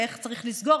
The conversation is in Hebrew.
ואיך צריך לסגור,